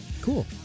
Cool